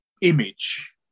image